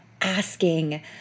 asking